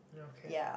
okay